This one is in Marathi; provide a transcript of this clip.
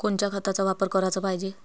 कोनच्या खताचा वापर कराच पायजे?